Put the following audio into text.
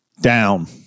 Down